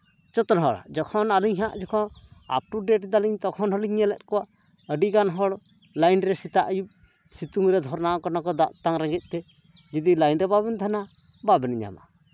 ᱡᱚᱛᱚ ᱦᱚᱲᱟᱜ ᱡᱚᱠᱷᱚᱱ ᱟᱹᱞᱤᱧᱟᱜ ᱡᱚᱠᱷᱚᱱ ᱟᱯ ᱴᱩ ᱰᱮᱴ ᱫᱟᱞᱤᱧ ᱛᱚᱠᱷᱚᱱ ᱦᱚᱞᱤᱧ ᱧᱮᱞᱮᱫ ᱠᱚᱣᱟ ᱟᱹᱰᱤ ᱜᱟᱱ ᱦᱚᱲ ᱞᱟᱭᱤᱱ ᱨᱮ ᱥᱮᱛᱟᱜ ᱟᱭᱩᱵ ᱥᱤᱛᱩᱝ ᱨᱮ ᱫᱷᱚᱨᱱᱟᱣ ᱠᱟᱱᱟ ᱠᱚ ᱫᱟᱜ ᱛᱮᱛᱟᱝ ᱨᱮᱸᱜᱮᱡ ᱛᱮ ᱡᱩᱫᱤ ᱞᱟᱹᱭᱤᱱ ᱨᱮ ᱵᱟᱵᱮᱱ ᱛᱟᱦᱮᱱᱟ ᱵᱟᱵᱮᱱ ᱧᱟᱢᱟ